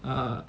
err